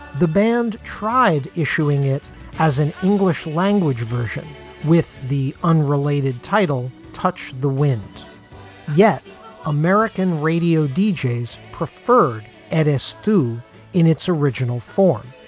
the band tried issuing it as an english language version with the unrelated title touch the wind yet american radio deejays preferred at istoo in its original form,